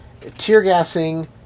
tear-gassing